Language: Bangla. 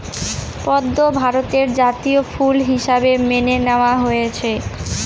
পদ্ম ভারতের জাতীয় ফুল হিসাবে মেনে নেওয়া হয়েছে